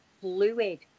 fluid